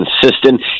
consistent